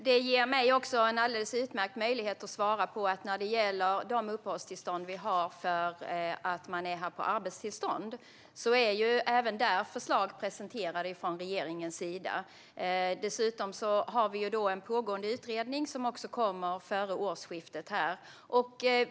Herr talman! Detta ger mig en alldeles utmärkt möjlighet att svara på frågan om de uppehållstillstånd vi har för arbete. Även här har regeringen presenterat förslag. Vi har dessutom en pågående utredning som kommer att presenteras före årsskiftet.